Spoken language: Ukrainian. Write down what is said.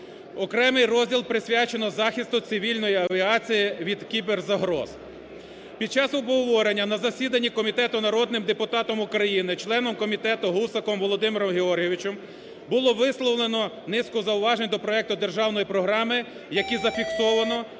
Окремий розділ присвячено захисту цивільної авіації від кіберзагроз. Під час обговорення на засіданні комітету народним депутатом України, членом комітетом Гусаком Володимиром Георгійовичем було висловлено низку зауважень до проекту Державної програми, який зафіксовано